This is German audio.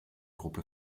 gruppe